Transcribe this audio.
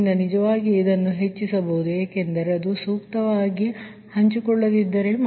ಅದರಿಂದ ನೀವು ನಿಜವಾಗಿ ಇದನ್ನು ಹೆಚ್ಚಿಸಬಹುದು ಏಕೆಂದರೆ ಅದು ಸೂಕ್ತವಾಗಿ ಹಂಚಿಕೊಳ್ಳದಿದ್ದರೆ